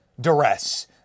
duress